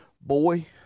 boy